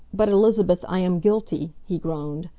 but, elizabeth, i am guilty! he groaned.